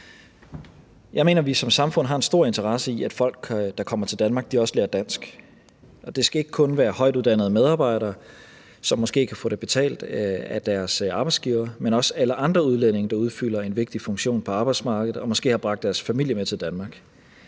Jeg mener, vi som samfund har en stor interesse i, at folk, der kommer til Danmark, også lærer dansk. Det skal ikke kun være højtuddannede medarbejdere, som måske kan få det betalt af deres arbejdsgiver, men også alle andre udlændinge, der udfylder en vigtig funktion på arbejdsmarkedet og måske har bragt deres familie med til Danmark.